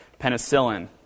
penicillin